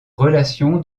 relation